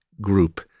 group